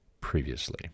previously